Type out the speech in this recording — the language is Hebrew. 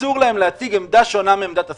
אסור להם להציג עמדה שונה מעמדת השר,